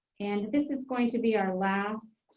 and this is going to be our last.